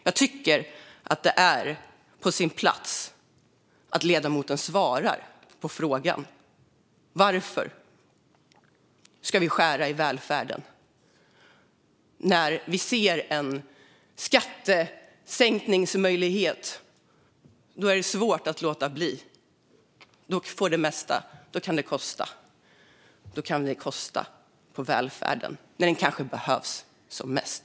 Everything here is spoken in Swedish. Jag tycker att det är på sin plats att ledamoten svarar på frågan. Varför ska vi skära i välfärden? Men när ni ser en skattesänkningsmöjlighet är det svårt att låta bli. Då kan det kosta. Då kan det kosta på välfärden när den kanske behövs som mest.